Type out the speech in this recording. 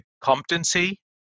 competency